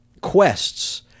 quests